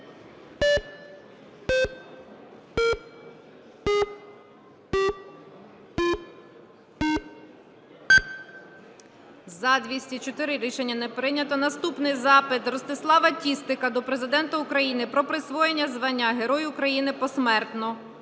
За-204 Рішення не прийнято. Наступний запит Ростислава Тістика до Президента України про присвоєння звання Герой України (посмертно)